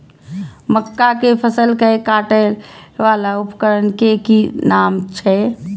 मक्का के फसल कै काटय वाला उपकरण के कि नाम छै?